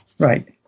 Right